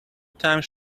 times